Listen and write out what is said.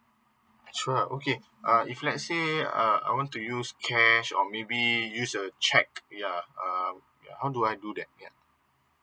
sure okay uh if let's say uh I want to use cash or maybe use a cheque yeah um yeah how do I do that yeah